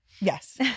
yes